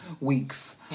weeks